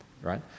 Right